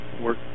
work